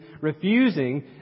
refusing